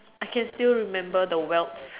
I can still remember the welts